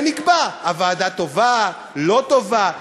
ונקבע, הוועדה טובה, לא טובה,